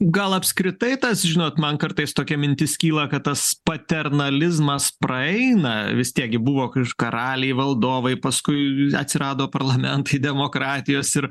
gal apskritai tas žinot man kartais tokia mintis kyla kad tas paternalizmas praeina vis tiek gi buvo karaliai valdovai paskui atsirado parlamentai demokratijos ir